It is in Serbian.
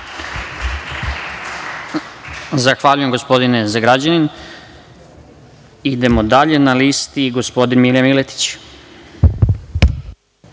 Zahvaljujem, gospodine Zagrađanin. Idemo dalje, na listi je gospodin Milija Miletić.